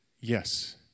yes